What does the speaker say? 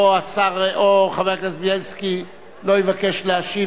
או חבר כנסת בילסקי לא יבקש להשיב,